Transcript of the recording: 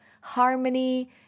harmony